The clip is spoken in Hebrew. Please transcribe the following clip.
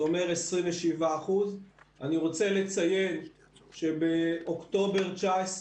זה אומר 27%. אני רוצה לציין שבאוקטובר 19'